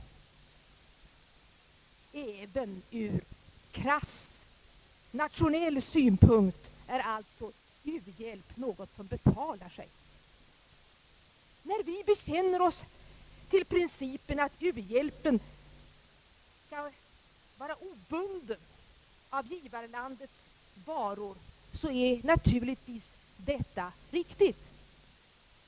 Även ur krasst nationell synpunkt är u-hjälp alltså något som betalar sig. När vi bekänner oss till principen att u-hjälpen skall vara obunden av givarlandets varor, så är detta naturligtvis riktigt.